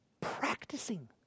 practicing